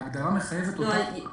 ההגדרה מחייבת אותנו,